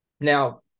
Now